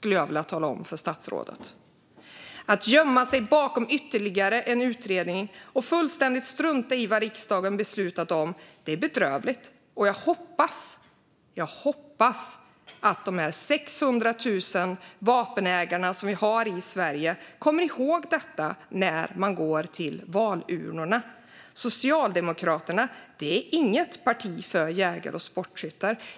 Att gömma sig bakom ytterligare en utredning och fullständigt strunta i vad riksdagen beslutat om är bedrövligt, och jag hoppas att Sveriges 600 000 vapenägare kommer ihåg detta när vi går till valurnorna. Socialdemokraterna är inget parti för jägare och sportskyttar.